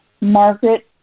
Margaret